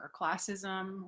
classism